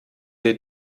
der